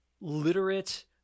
literate